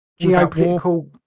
Geopolitical